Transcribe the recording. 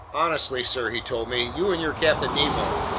honestly, sir, he told me. you and your captain nemo,